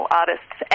artists